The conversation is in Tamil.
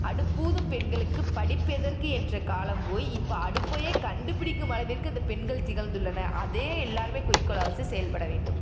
அடுப்பூதும் பெண்களுக்கு படிப்பு எதற்கு என்ற காலம் போய் இப்போ அடுப்பையே கண்டுப்பிடிக்கும் அளவிற்கு இந்த பெண்கள் திகழ்ந்துள்ளனர் அதையே எல்லோருமே குறிக்கோளாக வச்சு செயல்பட வேண்டும்